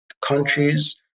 countries